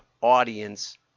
audience